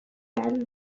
when